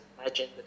Imagine